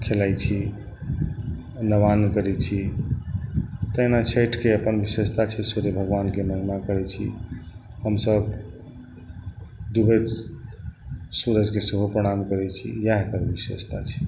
खेलै छी नवान करै छी तहिना छठिके अपन विशेषता छै सुर्य भगवानके महिमा करै छी हमसभ डुबैत सुर्यकेँ सेहो प्रणाम करै छी याह एकर विशेषता छै